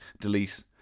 delete